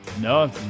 No